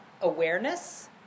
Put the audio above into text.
awareness